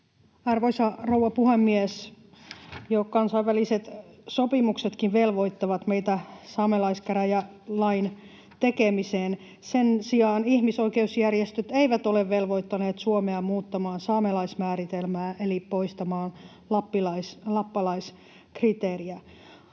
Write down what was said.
Arvoisa rouva puhemies! Jo kansainväliset sopimuksetkin velvoittavat meitä saamelaiskäräjälain tekemiseen. Sen sijaan ihmisoikeusjärjestöt eivät ole velvoittaneet Suomea muuttamaan saamelaismääritelmää eli poistamaan lappalaiskriteeriä.